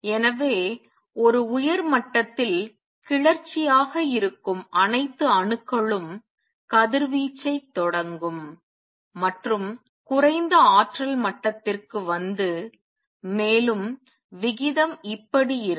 எனவே ஒரு உயர் மட்டத்தில் கிளர்ச்சியாக இருக்கும் அனைத்து அணுக்களும் கதிர்வீச்சைத் தொடங்கும் மற்றும் குறைந்த ஆற்றல் மட்டத்திற்கு வந்து மேலும் விகிதம் இப்படி இருக்கும்